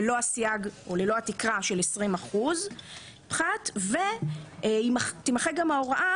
ללא הסייג או ללא התקרה של 20% פחת; ושתימחק ההוראה